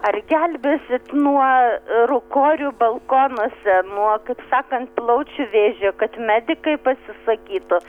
ar gelbėsit nuo rūkorių balkonuose nuo kaip sakant plaučių vėžio kad medikai pasisakytų